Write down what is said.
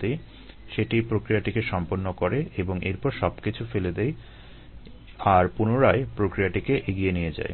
দিই সেটি প্রক্রিয়াটিকে সম্পন্ন করে এবং এরপর সব কিছু ফেলে দেয় আর পুনরায় প্রক্রিয়াটিকে এগিয়ে নিয়ে যায়